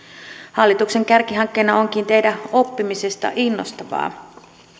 hallituksen kärkihankkeena onkin tehdä oppimisesta innostavaa